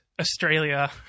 Australia